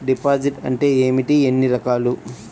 Deposit అంటే ఏమిటీ ఎన్ని రకాలు?